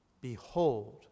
Behold